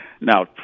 Now